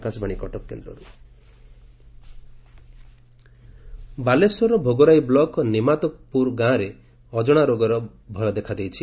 ଅଜଣା ରୋଗ ବାଲେଶ୍ୱରର ଭୋଗରାଇ ବ୍ଲକ ନିମାତଗୁର ଗାଁରେ ଅଜଶା ରୋଗର ଭୟ ଦେଖାଦେଇଛି